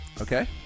okay